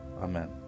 Amen